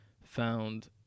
found